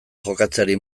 jokatzeari